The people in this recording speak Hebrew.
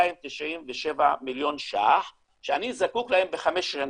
שקלים שאני זקוק להם בחמש שנים.